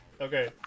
Okay